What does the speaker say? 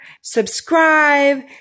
subscribe